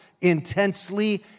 intensely